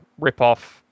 ripoff